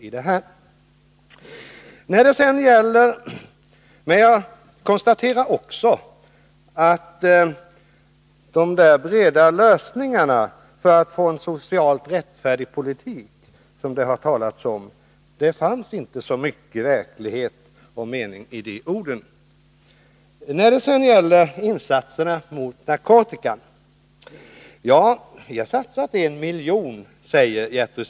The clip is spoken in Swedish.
Jag konstaterar också att det inte fanns så mycket verklighet bakom orden om breda lösningar för att få till stånd en socialt rättfärdig politik. Sedan till insatserna mot narkotika. Gertrud Sigurdsen säger att det satsats 1 milj.kr.